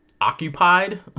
occupied